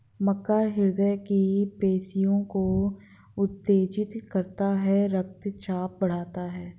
मक्का हृदय की पेशियों को उत्तेजित करता है रक्तचाप बढ़ाता है